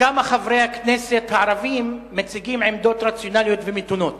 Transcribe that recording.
כמה חברי הכנסת הערבים מציגים עמדות רציונליות ומתונות.